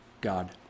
God